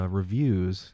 reviews